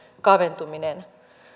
kaventuminen